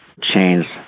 change